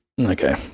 Okay